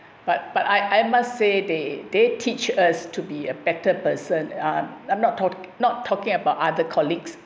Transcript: but but I I must say they they teach us to be a better person uh I'm not talk~ not talking about other colleagues